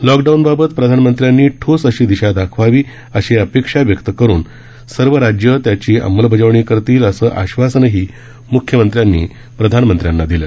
लॉकडाऊनबाबत पंतप्रधानांनी ठोस अशी दिशा दाखवावी अशी अपेक्षा व्यक्त करून सर्व राज्यं त्याची अंमलबजावणी करतील असं आश्वासनही मुख्यमंत्र्यांनी प्रधानमंत्र्यांना दिलं